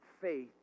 faith